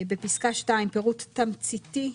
בפסקה (2) "פירוט תמציתי",